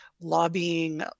Lobbying